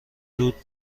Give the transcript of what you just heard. زود